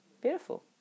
Beautiful